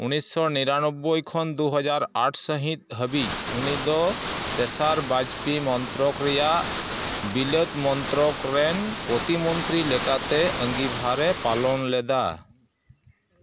ᱩᱱᱤᱥᱥᱚ ᱱᱤᱨᱟᱱᱚᱵᱚᱭ ᱠᱷᱚᱱ ᱫᱩ ᱦᱟᱡᱟᱨ ᱟᱴ ᱥᱟᱺᱦᱤᱛ ᱦᱟᱹᱵᱤᱡ ᱩᱱᱤᱫᱚ ᱛᱮᱥᱟᱨ ᱵᱟᱡᱽᱯᱮᱭᱤ ᱢᱚᱱᱛᱨᱚᱠ ᱨᱮᱭᱟᱜ ᱵᱤᱞᱟᱹᱛ ᱢᱚᱱᱛᱨᱚᱠ ᱨᱮᱱ ᱯᱨᱚᱛᱤ ᱢᱚᱱᱛᱨᱤ ᱞᱮᱠᱟᱛᱮ ᱟᱺᱜᱤᱵᱷᱟᱨᱮ ᱯᱟᱞᱚᱱ ᱞᱮᱫᱟ